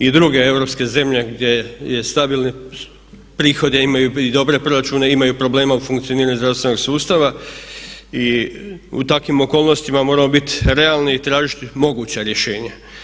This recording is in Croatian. I druge europske zemlje gdje je stabilne prihode imaju i dobre proračune imaju probleme u funkcioniranju zdravstvenog sustava i u takvim okolnostima moramo biti realni i tražiti moguća rješenja.